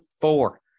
four